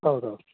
ಹೌದೌದು